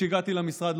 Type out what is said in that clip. כשהגעתי למשרד,